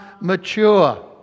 mature